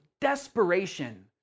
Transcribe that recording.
desperation